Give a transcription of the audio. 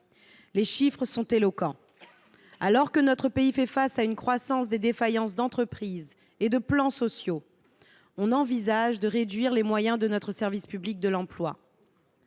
Les chiffres sont éloquents : alors que notre pays fait face à une croissance des défaillances d’entreprises et des plans sociaux, on envisage de réduire les moyens de notre service public de l’emploi.